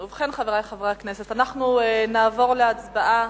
ובכן, חברי חברי הכנסת, אנחנו נעבור להצבעה,